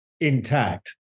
intact